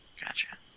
Gotcha